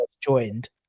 joined